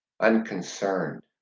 unconcerned